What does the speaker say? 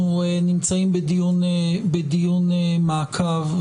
אנחנו נמצאים בדיון מעקב,